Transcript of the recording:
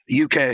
UK